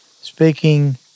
speaking